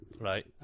Right